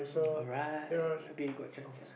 alright maybe got chance uh